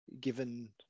given